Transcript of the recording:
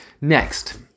Next